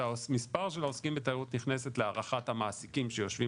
מספר העוסקים בתיירות נכנסת להערכת המעסיקים שיושבים